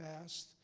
fast